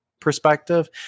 perspective